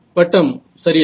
வட்டம் சரியா